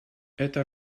это